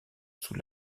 sous